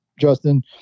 Justin